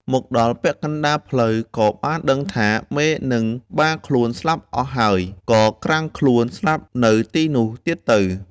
មកដល់ពាក់កណ្ដាលផ្លូវក៏បានដឹងថា មេ និងបាខ្លួនស្លាប់អស់ហើយ ក៏ក្រាំងខ្លួនស្លាប់នៅទីនោះទៀតទៅ។